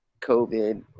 COVID